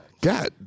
God